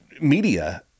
media